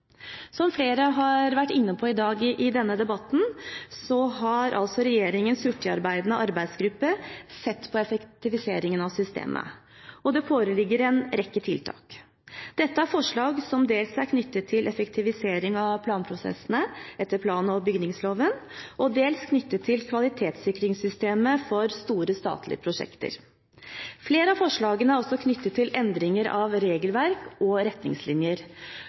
Som flere har vært inne på i debatten i dag, har regjeringens hurtigarbeidende arbeidsgruppe sett på effektiviseringen av systemet, og det foreligger en rekke tiltak. Dette er forslag som dels er knyttet til effektivisering av planprosessene etter plan- og bygningsloven og dels knyttet til kvalitetssikringssystemet for store statlige prosjekter. Flere av forslagene er også knyttet til endringer av regelverk og retningslinjer.